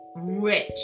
rich